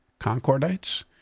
Concordites